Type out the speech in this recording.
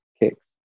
kicks